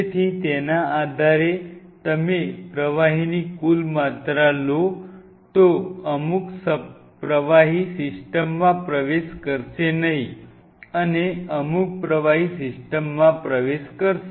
તેથી તેના આધારે તમે પ્રવાહીની કુલ માત્રા લો તો અમુક પ્રવાહી સિસ્ટમમાં પ્રવેશ કરશે નહીં અને અમુક પ્રવાહી સિસ્ટમમાં પ્રવેશ કરશે